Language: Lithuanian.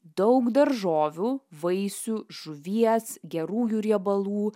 daug daržovių vaisių žuvies gerųjų riebalų